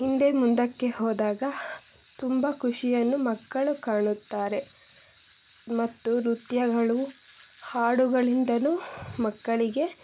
ಹಿಂದೆ ಮುಂದಕ್ಕೆ ಹೋದಾಗ ತುಂಬ ಖುಷಿಯನ್ನು ಮಕ್ಕಳು ಕಾಣುತ್ತಾರೆ ಮತ್ತು ನೃತ್ಯಗಳು ಹಾಡುಗಳಿಂದನು ಮಕ್ಕಳಿಗೆ